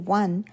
one